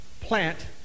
plant